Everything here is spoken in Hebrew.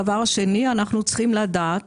אנחנו צריכים לדעת